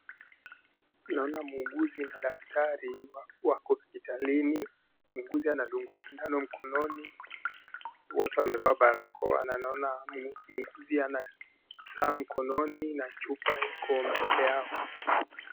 Naona muuguzi Na daktari wako hospitalini, muuguzi anadugwa sindano mkononi, wote wamevaa barakoa naona muuguzi ana saa mkononi Na chupa iko mbele yao.